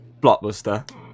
Blockbuster